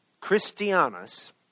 Christianus